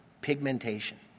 pigmentation